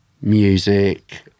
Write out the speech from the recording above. music